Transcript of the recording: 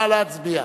נא להצביע.